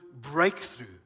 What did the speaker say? breakthrough